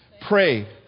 pray